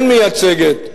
כן מייצגת,